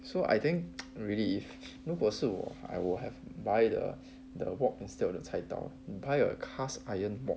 so I think really 如果是我 I will have buy the the wok instead of the 菜刀 by a cast iron wok